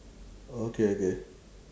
okay okay